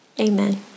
amen